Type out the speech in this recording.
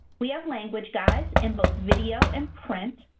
we have language guides in both video and print.